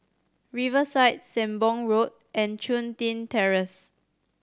Riverside Sembong Road and Chun Tin Terrace